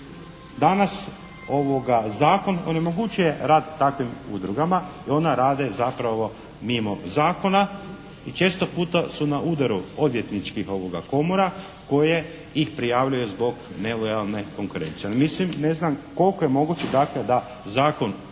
Danas zakon onemogućuje rad takvim udrugama, ona rade zapravo mimo zakona i često puta su na udaru odvjetničkih komora koje ih prijavljuju zbog nelojalne konkurencije. Mislim, ne znam koliko je moguće dakle da Zakon